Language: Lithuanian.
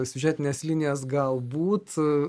siužetines linijas galbūt